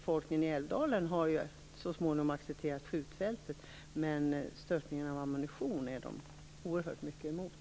Befolkningen i Älvdalen har så småningom accepterat skjutfältet, men störtningen av ammunition är den mycket starkt emot.